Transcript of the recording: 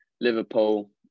Liverpool